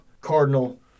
Cardinal